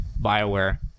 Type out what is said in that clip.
BioWare